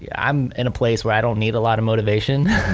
yeah i'm in a place where i don't need a lot of motivation,